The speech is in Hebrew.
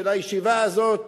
של הישיבה הזאת,